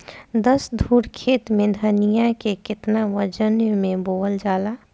दस धुर खेत में धनिया के केतना वजन मे बोवल जाला?